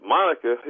Monica